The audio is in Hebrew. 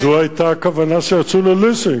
זו היתה הכוונה כשיצאו לליסינג.